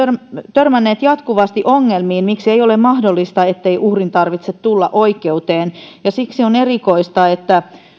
törmänneet jatkuvasti ongelmiin miksi ei ole mahdollista ettei uhrin tarvitse tulla oikeuteen ja siksi on erikoista että